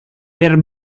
per